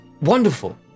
wonderful